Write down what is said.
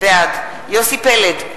בעד יוסי פלד,